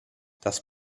das